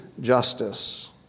justice